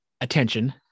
attention